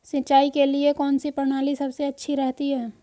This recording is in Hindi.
सिंचाई के लिए कौनसी प्रणाली सबसे अच्छी रहती है?